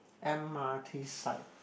m_r_t side